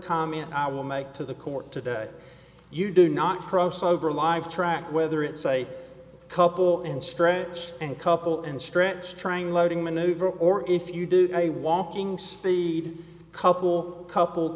comment i will make to the court today you do not cross over live track whether it's a couple in straights and couple in stretch trying loading maneuver or if you do to a walking speed couple couple